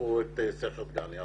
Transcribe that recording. ויפתחו את סכר דגניה.